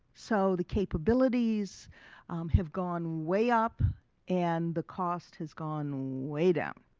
so the capabilities have gone way up and the cost has gone way down.